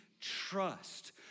trust